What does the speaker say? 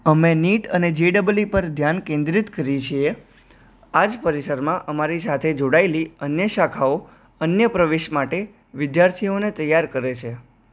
અમે નીટ અને અને જેડબલઇ પર ધ્યાન કેન્દ્રિત કરીએ છીએ આજ પરિસરમાં અમારી સાથે જોડાયેલી અન્ય શાખાઓ અન્ય પ્રવેશ માટે વિદ્યાર્થીઓને તૈયાર કરે છે